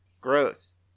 gross